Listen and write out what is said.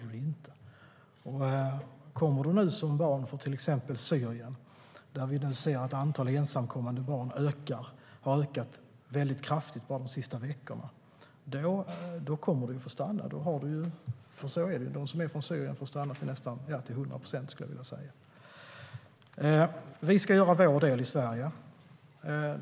Om man kommer som barn från till exempel Syrien, varifrån vi ser att antalet ensamkommande barn nu ökar och har ökat väldigt kraftigt bara de senaste veckorna, kommer man att få stanna. Så är det. De som är från Syrien får stanna till 100 procent, skulle jag vilja säga. Vi ska göra vår del i Sverige.